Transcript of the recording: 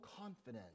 confidence